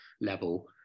level